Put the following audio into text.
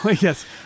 yes